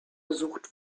gesucht